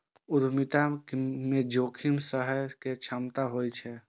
उद्यमिता मे जोखिम सहय के क्षमता होइ छै